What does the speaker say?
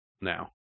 now